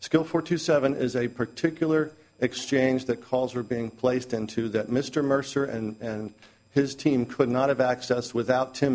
skill four to seven is a particular exchange that calls were being placed into that mr mercer and his team could not have access without t